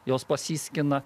jos pasiskina